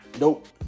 nope